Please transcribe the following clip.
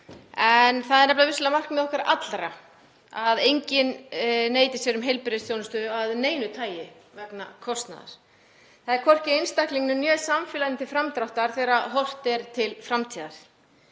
Það er vissulega markmið okkar allra að enginn neiti sér um heilbrigðisþjónustu af neinu tagi vegna kostnaðar. Það er hvorki einstaklingnum né samfélaginu til framdráttar þegar horft er til framtíðar.